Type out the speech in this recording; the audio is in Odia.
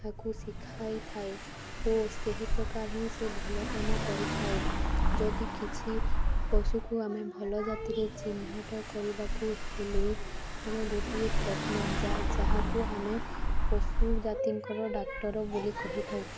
ତାକୁ ଶିଖାଇଥାଏ ଓ ସେହି ପ୍ରକାର ହିଁ ସେ ଭଲ କାମ କରିଥାଏ ଯଦି କିଛି ପଶୁକୁ ଆମେ ଭଲ ଜାତିରେ ଚିହ୍ନଟ କରିବାକୁ ହେଲେ ଆମେ ଗୋଟିଏ ଯାହାକୁ ଆମେ ପଶୁ ଜାତିଙ୍କର ଡାକ୍ତର ବୋଲି କହିଥାଉ